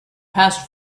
passed